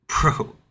bro